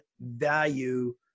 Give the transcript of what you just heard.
value